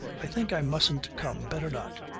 i think i mustn't come. better not.